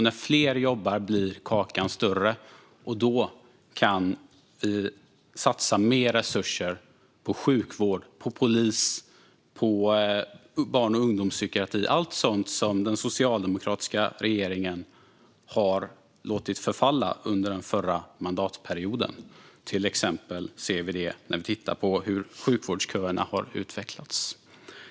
När fler jobbar blir kakan större, och då kan vi satsa mer resurser på sjukvård, polis och barn och ungdomspsykiatri - allt sådant som den socialdemokratiska regeringen har låtit förfalla under den förra mandatperioden. Vi ser detta till exempel när vi tittar på hur sjukvårdsköerna har utvecklats.